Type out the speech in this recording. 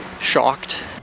shocked